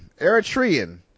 Eritrean